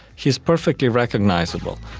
he is perfectly recognisable.